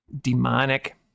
demonic